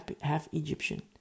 half-Egyptian